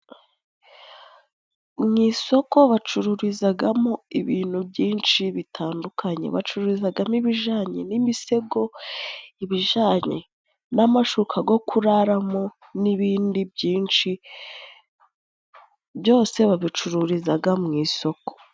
Mu isoko bacururizagamo ibintu byinshi bitandukanye. Bacururizagamo ibijanye n'imisego, ibijananye n'amashuka go kuraramo, n'ibindi byinshi byose babicururizaga mu isoko.